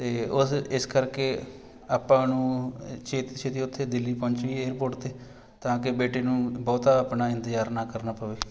ਅਤੇ ਉਸ ਇਸ ਕਰਕੇ ਆਪਾਂ ਨੂੰ ਛੇਤੀ ਤੋਂ ਛੇਤੀ ਉੱਥੇ ਦਿੱਲੀ ਪਹੁੰਚੀਏ ਏਅਰਪੋਰਟ 'ਤੇ ਤਾਂ ਕਿ ਬੇਟੇ ਨੂੰ ਬਹੁਤਾ ਆਪਣਾ ਇੰਤਜ਼ਾਰ ਨਾ ਕਰਨਾ ਪਵੇ